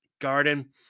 Garden